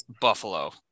Buffalo